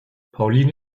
pauline